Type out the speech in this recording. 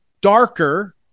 darker